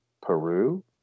Peru